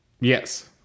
Yes